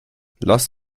lass